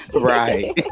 Right